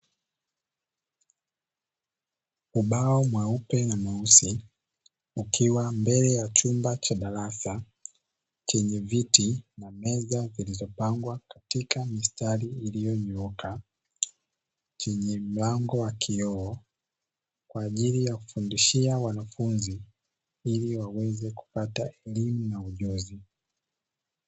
Ubao mweupe na mweusi ukiwa mbele ya chumba cha darasa chenye viti na meza, zilizopangwa katika mistari iliyonyooka chenye mlango wa kioo kwa ajili ya kufundishia wanafunzi iliwaweze kupata elimu na ujuzi.